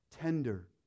tender